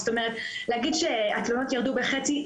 זאת אומרת להגיד שהתלונות ירדו בחצי,